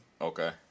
Okay